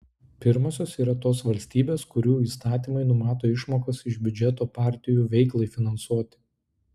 pirmosios yra tos valstybės kurių įstatymai numato išmokas iš biudžeto partijų veiklai finansuoti